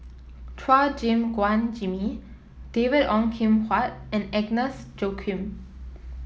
Chua Gim Guan Jimmy David Ong Kim Huat and Agnes Joaquim